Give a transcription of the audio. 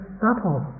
subtle